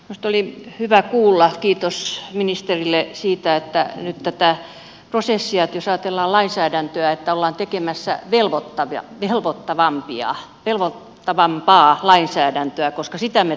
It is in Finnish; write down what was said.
minusta oli hyvä kuulla kiitos ministerille siitä että jos ajatellaan tätä lainsäädäntöä ollaan tekemässä velvoittavampaa lainsäädäntöä koska sitä me tarvitsemme